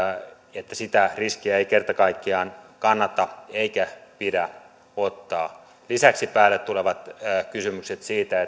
että sitä riskiä ei kerta kaikkiaan kannata eikä pidä ottaa lisäksi päälle tulevat kysymykset siitä